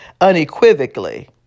unequivocally